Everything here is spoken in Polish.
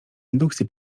indukcji